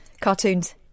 cartoons